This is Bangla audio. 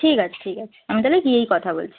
ঠিক আছে ঠিক আছে আমি তাহলে গিয়েই কথা বলছি